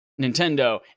Nintendo